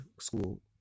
school